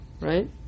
right